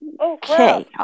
Okay